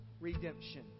redemption